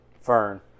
Fern